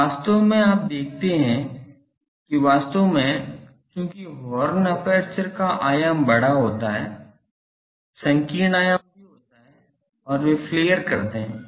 अब वास्तव में आप देखते हैं कि वास्तव में चूंकि हॉर्न एपर्चर का आयाम बड़ा होता है संकीर्ण आयाम भी होता है और वे फ्लेयर करते हैं